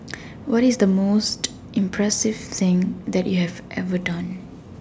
what is the most impressive thing that you have ever done